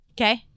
Okay